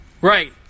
Right